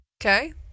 okay